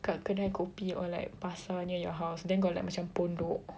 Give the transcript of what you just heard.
kat kedai kopi or like pasar near your house then got like macam pondok